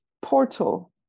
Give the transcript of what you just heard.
portal